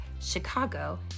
Chicago